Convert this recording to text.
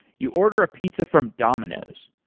you order a pizza from domino's.